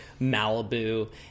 Malibu